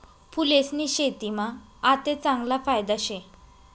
फूलेस्नी शेतीमा आते चांगला फायदा शे